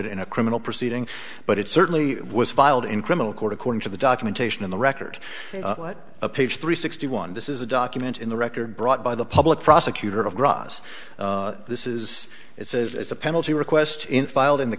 d in a criminal proceeding but it certainly was filed in criminal court according to the documentation in the record a page three sixty one this is a document in the record brought by the public prosecutor of grass this is it says it's a penalty request